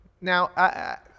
Now